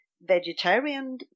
vegetarian